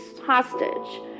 hostage